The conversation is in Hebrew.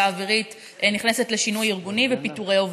האווירית נכנסת לשינוי ארגוני ופיטורי עובדים.